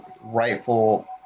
rightful